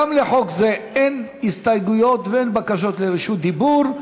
גם לחוק זה אין הסתייגויות ואין בקשות לרשות דיבור.